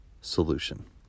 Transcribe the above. solution